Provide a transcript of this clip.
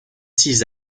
six